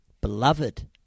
beloved